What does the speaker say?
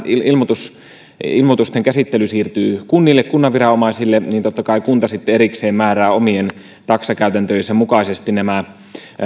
ilmoitusten ilmoitusten käsittely siirtyy kunnan viranomaisille niin totta kai kunta sitten erikseen määrää omien taksakäytäntöjensä mukaisesti nämä